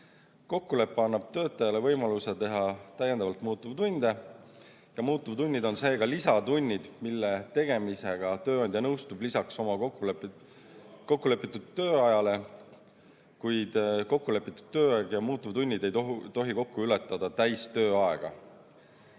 Kokkulepe annab töötajale võimaluse teha täiendavalt muutuvtunde ja muutuvtunnid on seega lisatunnid, mille tegemisega tööandja nõustub lisaks oma kokkulepitud tööajale, kuid kokkulepitud tööaeg ja muutuvtunnid ei tohi kokku ületada täistööaega.